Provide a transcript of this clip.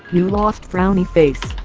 you lost, frowny face.